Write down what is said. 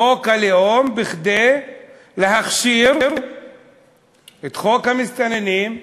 חוק הלאום בא להכשיר את חוק המסתננים,